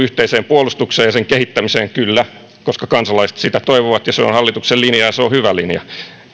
yhteiseen puolustukseen ja sen kehittämiseen kyllä koska kansalaiset sitä toivovat ja se on hallituksen linja ja se on hyvä linja